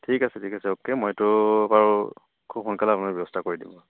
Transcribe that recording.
ঠিক আছে ঠিক আছে অ'কে মইতো বাৰু খুব সোনকালে আপোনাৰ ব্যৱস্থা কৰি দিম